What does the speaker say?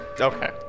Okay